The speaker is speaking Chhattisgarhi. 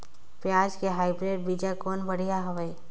पियाज के हाईब्रिड बीजा कौन बढ़िया हवय?